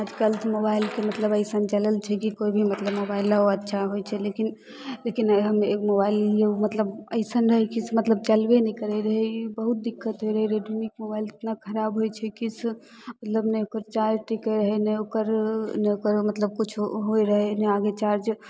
आजकल मोबाइलके मतलब अइसन चलल छै कि कोइ भी मतलब मोबाइलो अच्छा होइ छै लेकिन लेकिन हम एक मोबाइल लेलिए मतलब अइसन रहै कि से मतलब चलबे नहि करै रहै ई बहुत दिक्कत होइ रहै रेडमीके मोबाइल एतना खराब होइ छै कि से मतलब नहि ओकर चार्ज टिकै रहै नहि ओकर नहि ओकर मतलब किछु हो होइ रहै नहि आगे चार्ज